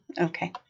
okay